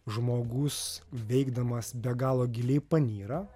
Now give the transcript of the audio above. žmogus veikdamas be galo giliai panyra